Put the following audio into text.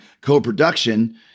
co-production